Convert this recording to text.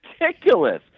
ridiculous